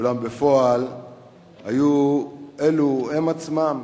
אולם בפועל היו אלו הם עצמם,